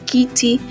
Kitty